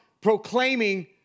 proclaiming